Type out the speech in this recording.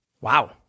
wow